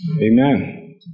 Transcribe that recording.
Amen